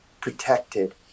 protected